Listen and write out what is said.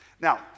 Now